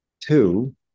two